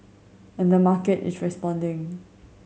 and the market is responding